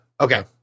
Okay